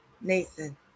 Nathan